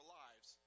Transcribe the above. lives